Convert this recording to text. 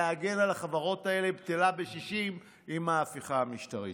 להגן על החברות האלה בטלה בשישים עם ההפיכה המשטרית.